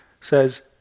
says